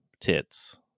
tits